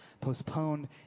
postponed